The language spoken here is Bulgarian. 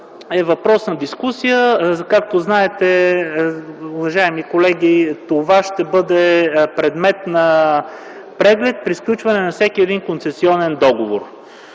е въпрос на дискусия. Както знаете, уважаеми колеги, това ще бъде предмет на преглед при сключване на всеки един концесионен договор.